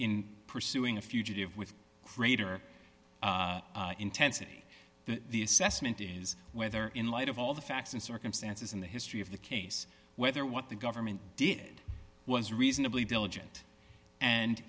in pursuing a fugitive with greater intensity the assessment is whether in light of all the facts and circumstances in the history of the case whether what the government did was reasonably diligent and